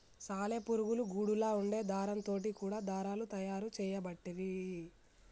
సాలె పురుగుల గూడులా వుండే దారం తోటి కూడా దారాలు తయారు చేయబట్టిరి